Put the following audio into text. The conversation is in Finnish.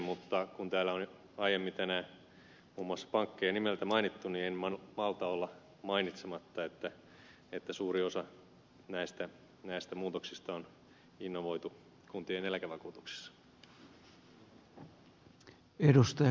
mutta kun täällä on jo aiemmin tänään muun muassa pankkeja nimeltä mainittu en malta olla mainitsematta että suuri osa näistä muutoksista on innovoitu kuntien eläkevakuutuksessa